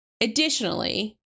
Additionally